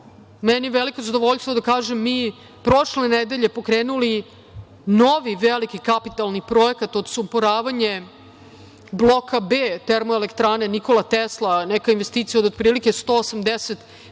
meni je veliko zadovoljstvo da kažem, mi prošle nedelje pokrenuli novi veliki kapitalni projekat odsumporavanje bloka B Termoelektrane „Nikola Tesla“, neka investicija od otprilike 180 miliona